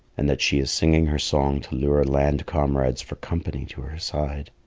and that she is singing her song to lure land-comrades for company to her side.